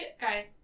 guys